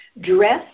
dress